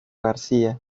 garcía